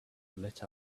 lit